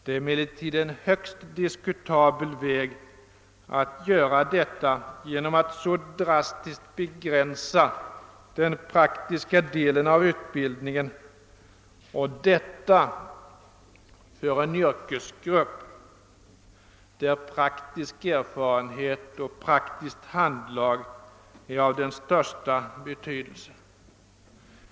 Det är emellertid en högst diskutabel väg att göra detta genom att så drastiskt begränsa den praktiska delen av utbildningen för en yrkesgrupp där praktisk erfarenhet och praktiskt handlag är av den största betydelse.